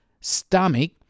stomach